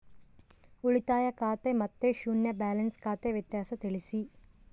ಉಳಿತಾಯ ಖಾತೆ ಮತ್ತೆ ಶೂನ್ಯ ಬ್ಯಾಲೆನ್ಸ್ ಖಾತೆ ವ್ಯತ್ಯಾಸ ತಿಳಿಸಿ?